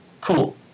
cool